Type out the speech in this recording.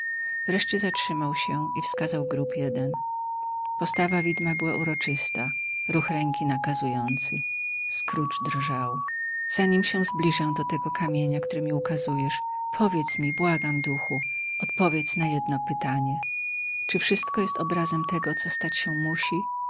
wreszcie zatrzymał się i wskazał grób jeden postawa widma była uroczysta ruch ręki nakazujący scrooge drżał zanim się zbliżę do tego kamienia który mi ukazujesz powiedz mi błagam duchu odpowiedz na jedno pytanie czy wszystko jest obrazem tego co stać się musi